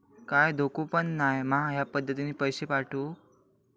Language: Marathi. काय धोको पन नाय मा ह्या पद्धतीनं पैसे पाठउक?